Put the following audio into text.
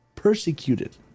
Persecuted